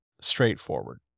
straightforward